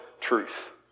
truth